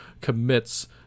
commits